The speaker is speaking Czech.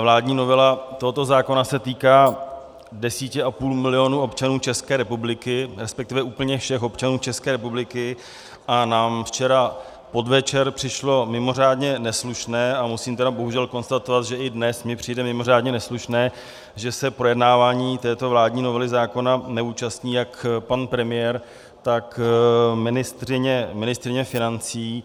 Vládní novela tohoto zákona se týká 10,5 milionu občanů České republiky, resp. úplně všech občanů České republiky, a nám včera vpodvečer přišlo mimořádně neslušné, a musím tedy bohužel konstatovat, že i dnes mi přijde mimořádně neslušné, že se projednávání této vládní novely zákona neúčastní jak pan premiér, tak ministryně financí.